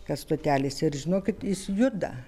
kas stotelėse ir žinokit jis juda